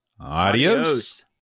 adios